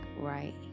right